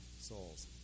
souls